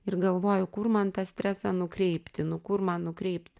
ir galvoju kur man tą stresą nukreipti nu kur man nukreipt